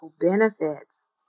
benefits